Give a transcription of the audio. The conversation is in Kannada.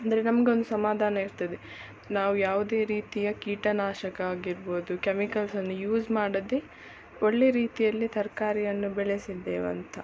ಅಂದರೆ ನಮ್ಗೊಂದು ಸಮಾಧಾನ ಇರ್ತದೆ ನಾವು ಯಾವುದೇ ರೀತಿಯ ಕೀಟನಾಶಕ ಆಗಿರ್ಬೋದು ಕೆಮಿಕಲ್ಸನ್ನು ಯೂಸ್ ಮಾಡದೆ ಒಳ್ಳೇ ರೀತಿಯಲ್ಲಿ ತರಕಾರಿಯನ್ನು ಬೆಳೆಸಿದ್ದೇವಂತ